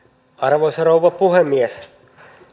arvoisa rouva puhemies